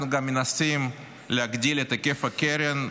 אנחנו גם מנסים להגדיל את היקף הקרן,